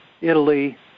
Italy